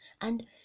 and